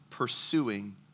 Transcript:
Pursuing